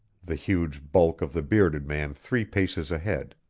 the huge bulk of the bearded man three paces ahead.